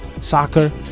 soccer